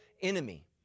enemy